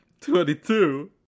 twenty-two